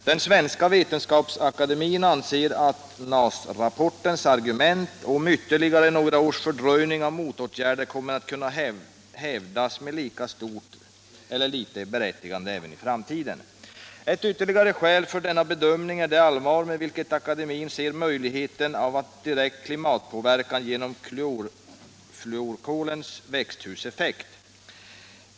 Den svenska vetenskapsakademien anser att NAS-rapportens argument om ytterligare några års fördröjning av motåtgärder kommer att kunna hävdas med lika stort berättigande även i framtiden. Ett ytterligare starkt skäl för denna bedömning är det allvar med vilket akademien ser på möjligheten av en direkt klimatpåverkan genom klorfluorkolens växthuseffekt.